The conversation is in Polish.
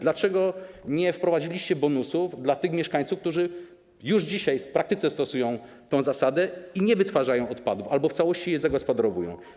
Dlaczego nie wprowadziliście bonusów dla tych mieszkańców, którzy już dzisiaj w praktyce stosują tę zasadę i nie wytwarzają odpadów albo w całości je zagospodarowują?